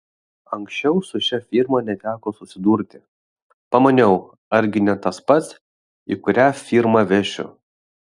anksčiau su šia firma neteko susidurti pamaniau argi ne tas pats į kurią firmą vešiu